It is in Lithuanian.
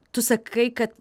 tu sakai kad